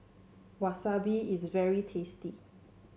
wasabi is very tasty